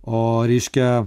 o reiškia